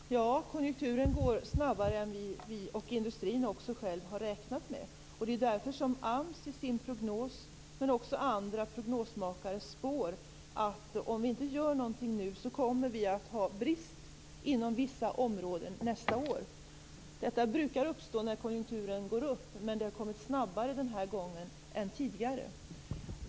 Fru talman! Ja, konjunkturen förändras snabbare än vi och industrin har räknat med. Det är därför som AMS i sin prognos, men också andra prognosmakare, spår att om vi inte gör någonting nu kommer vi att ha brist inom vissa områden nästa år. Detta brukar uppstå när konjunkturen går upp, men det har kommit snabbare den här gången än tidigare.